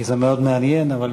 זה מאוד מעניין, אבל